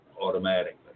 automatically